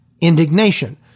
indignation